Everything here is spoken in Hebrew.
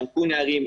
חנקו נערים,